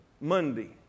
Monday